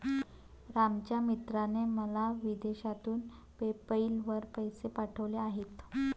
रामच्या मित्राने मला विदेशातून पेपैल वर पैसे पाठवले आहेत